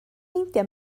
meindio